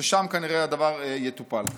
ששם כנראה הדבר יטופל.